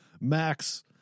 Max